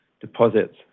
deposits